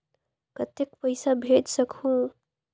कतेक पइसा भेज सकहुं?